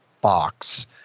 box